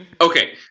Okay